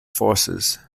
forces